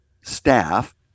staff